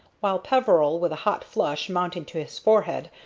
while peveril, with a hot flush mounting to his forehead,